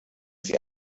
sie